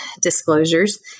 disclosures